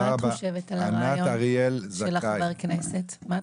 מה את חושבת על הרעיון של חבר הכנסת?